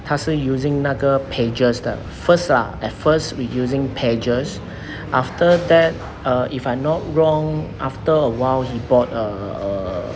他是 using 那个 pagers 的 first ah at first he using pagers after that uh if I'm not wrong after a while he bought err